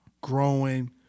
growing